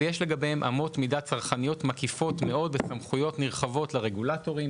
ויש לגביהם אמות מידה צרכניות מקיפות מאוד וסמכויות נרחבות לרגולטורים.